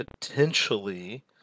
potentially